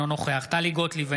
אינו נוכח טלי גוטליב,